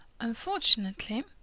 Unfortunately